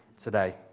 today